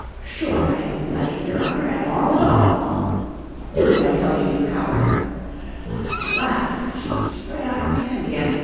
sure, i don't like it, yer honour, at all, at all do as i tell you, you coward and at last she spread out her hand again,